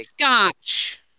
Scotch